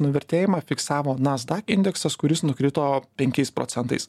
nuvertėjimą fiksavo nasda indeksas kuris nukrito penkiais procentais